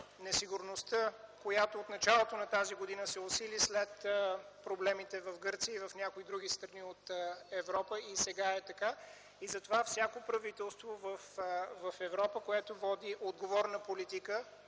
Несигурността от началото на тази година се усили след проблемите в Гърция и в някои други страни от Европа. И сега е така. Затова всяко правителство в Европа, което води отговорна фискална,